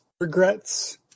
regrets